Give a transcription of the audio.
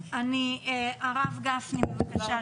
הרב גפני, בבקשה.